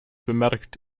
bemerkt